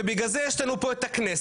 ובגלל זה יש לנו פה את הכנסת,